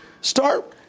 Start